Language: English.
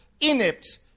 inept